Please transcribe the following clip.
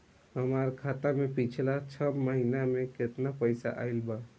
हमरा खाता मे पिछला छह महीना मे केतना पैसा आईल बा?